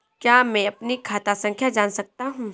क्या मैं अपनी खाता संख्या जान सकता हूँ?